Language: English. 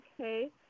okay